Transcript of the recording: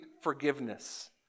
forgiveness